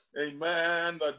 Amen